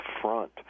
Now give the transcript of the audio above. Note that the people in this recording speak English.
front